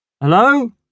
Hello